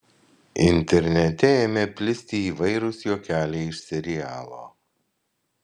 internete ėmė plisti įvairūs juokeliai iš serialo